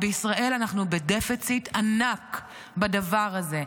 בישראל אנחנו בדפיציט ענק בדבר הזה.